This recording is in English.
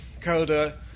CODA